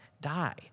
die